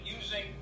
using